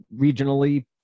regionally